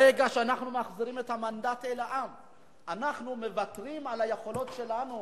ברגע שאנחנו מחזירים את המנדט אל העם אנחנו מוותרים על היכולת שלנו